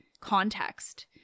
context